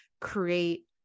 create